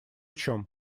чем